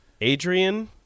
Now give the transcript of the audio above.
Adrian